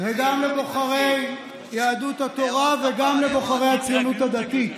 וגם לבוחרי יהדות התורה וגם לבוחרי הציונות הדתית.